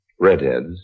Redheads